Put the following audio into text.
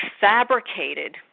fabricated